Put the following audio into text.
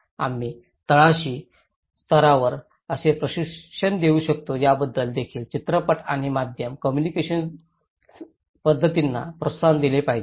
आम्ही तळाशी स्तरावर कसे प्रशिक्षण देऊ शकतो याबद्दल देखील चित्रपट आणि माध्यम कोम्मुनिकेशन पद्धतींना प्रोत्साहन दिले पाहिजे